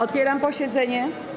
Otwieram posiedzenie.